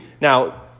Now